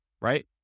right